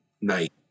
night